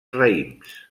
raïms